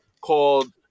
called